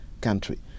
country